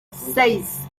seis